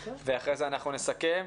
ואחרי זה אנחנו נסכם.